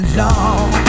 long